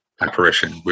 apparition